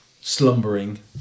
slumbering